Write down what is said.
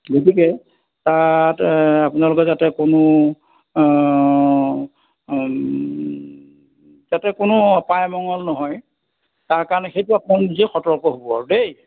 গতিকে তাত আপোনালোকে যাতে কোনো যাতে কোনো অপায় অমঙ্গল নহয় তাৰকাৰণে সেইটো আকৌ নিজেই সৰ্তক হ'ব আৰু দেই